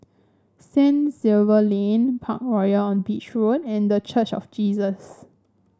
Saint Xavier's Lane Parkroyal on Beach Road and The Church of Jesus